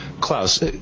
Klaus